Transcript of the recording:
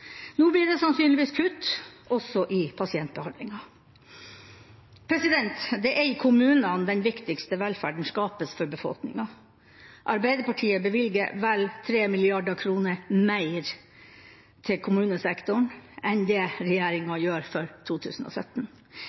Nå blir det sannsynligvis kutt, også i pasientbehandlingen. Det er i kommunene den viktigste velferden skapes for befolkningen. Arbeiderpartiet bevilger vel 3 mrd. kr mer til kommunesektoren enn det regjeringa gjør for 2017.